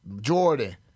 Jordan